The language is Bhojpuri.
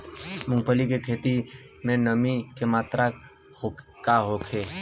मूँगफली के खेत में नमी के मात्रा का होखे?